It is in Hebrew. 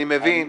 אני מבין,